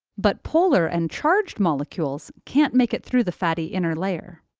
but polar and charged molecules can't make it through the fatty inner layer.